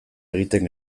egiten